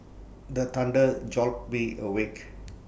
the thunder jolt me awake